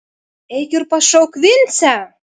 eik ir pašauk vincę